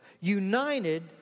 united